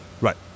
Right